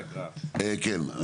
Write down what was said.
חברים, כן.